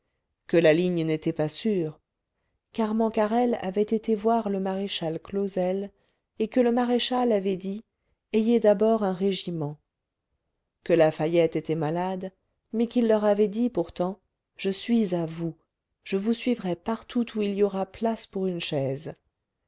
que la ligne n'était pas sûre qu'armand carrel avait été voir le maréchal clausel et que le maréchal avait dit ayez d'abord un régiment que lafayette était malade mais qu'il leur avait dit pourtant je suis à vous je vous suivrai partout où il y aura place pour une chaise